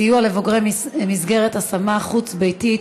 סיוע לבוגרי מסגרת השמה חוץ-ביתית,